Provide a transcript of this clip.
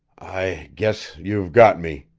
i guess you've got me!